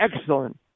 excellent